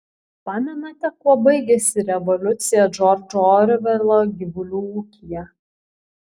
pamenate kuo baigėsi revoliucija džordžo orvelo gyvulių ūkyje